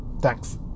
thanks